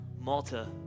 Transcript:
Malta